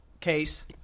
case